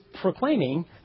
proclaiming